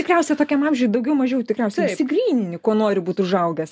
tikriausiai tokiam amžiuj daugiau mažiau tikriausiai išsigrynini kuo nori būt užaugęs